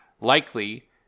Likely